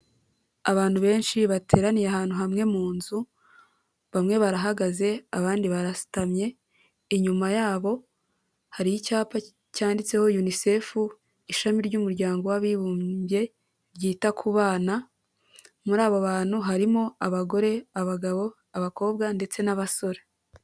Abantu benshi bateraniye ahantu hamwe mu nzu bamwe barahagaze abandi barasutamye, inyuma yabo hari icyapa cyanditseho Unicefu, Ishami ry'Umuryango w'Abibumbye ryita ku bana, muri abo bantu harimo abagore, abagabo, abakobwa ndetse n'abasore.